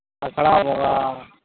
ᱟᱠᱷᱲᱟ ᱵᱚᱸᱜᱟ